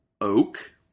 oak